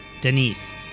Denise